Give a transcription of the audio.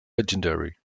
legendary